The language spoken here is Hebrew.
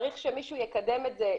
צריך שמישהו יקדם את זה,